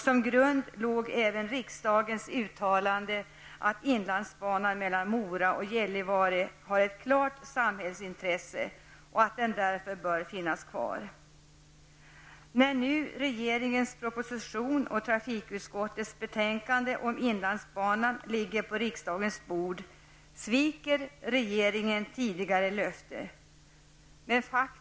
Som grund låg även riksdagens uttalande att inlandsbanan mellan Mora och Gällivare har ett klart samhällsintresse och att den därför bör finnas kvar. När nu regeringens proposition och trafikutskottets betänkande om inlandsbanan ligger på riksdagens bord sviker regeringen tidigare löfte.